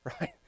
right